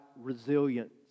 resilience